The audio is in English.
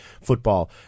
football